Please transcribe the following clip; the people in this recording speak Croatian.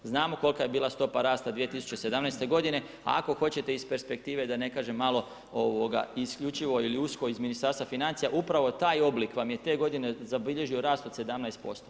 Znamo kolika je bila stopa rasta 2017. g. a ako hoćete iz perspektive da ne kažem malo isključivo ili usko iz Ministarstva financija, upravo taj oblik vam je te godine zabilježio rast od 17%